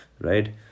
right